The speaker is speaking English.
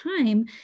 time